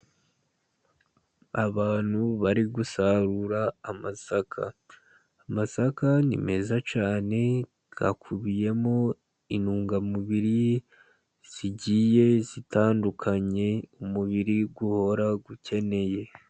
Abantu bari gusarura amasaka. Amasaka ni meza cyane, akubiyemo intungamubiri zigiye zitandukanye, umubiri uhora ukeneye.